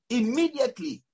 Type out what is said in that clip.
immediately